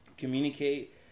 Communicate